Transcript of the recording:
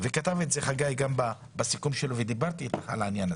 ואני כבר מ-2016 מלווה את הנושא הזה